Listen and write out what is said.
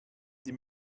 die